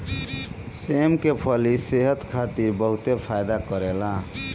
सेम के फली सेहत खातिर बहुते फायदा करेला